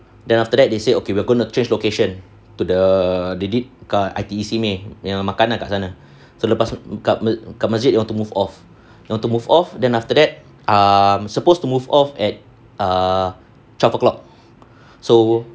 then after that they said okay we're going to change location to the they did kat I_T_E simei yang makan kat sana lepas tu kat masjid dorang to move off they want to move off then after that err I'm supposed to move off at err twelve o'clock so